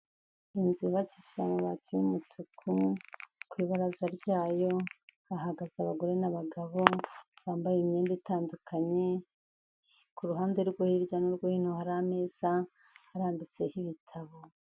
Inzu yubakishije amabati y'umutuku, ku ibaraza ryayo hagaze abagore n'abagabo bambaye imyenda itandukanye, ku ruhande rwo hirya no hino hari ameza arambitseho ibitabo.